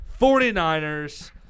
49ers